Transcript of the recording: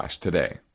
today